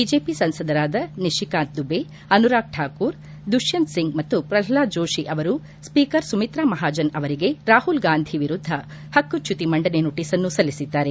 BJP ಸಂಸದರಾದ ನಿಶಿಕಾಂತ್ ದುಬೇ ಅನುರಾಗ್ ಕಾಕೂರ್ ದುಶ್ಲಂತ್ ಸಿಂಗ್ ಮತ್ತು ಪ್ರಹ್ಲಾದ್ ಜೋಷಿ ಅವರು ಸ್ವೀಕರ್ ಸುಮಿತ್ತಾ ಮಹಾಜನ್ ಅವರಿಗೆ ರಾಹುಲ್ ಗಾಂಧಿ ವಿರುದ್ದ ಪಕ್ಕು ಚ್ಯುತಿ ಮಂಡನೆ ನೋಟಿಸನ್ನು ಸಲ್ಲಿಸಿದ್ದಾರೆ